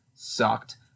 sucked